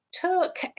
Took